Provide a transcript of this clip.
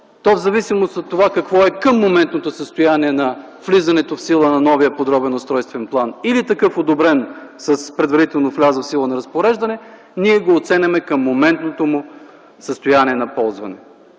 то в зависимост от това какво е моментното състояние на влизането в сила на новия подробен устройствен план или такъв одобрен с предварително влязло в сила разпореждане, ние го оценяме към моментното му състояние на ползване.